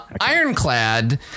Ironclad